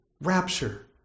rapture